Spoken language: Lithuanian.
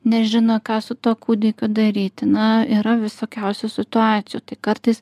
nežino ką su tuo kūdikiu daryti na yra visokiausių situacijų tai kartais